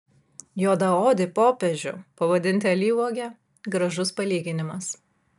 juodaodį popiežių pavadinti alyvuoge gražus palyginimas